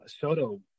Soto